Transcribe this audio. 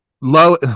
low